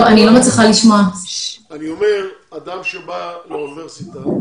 אדם שבא לאוניברסיטה,